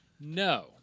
No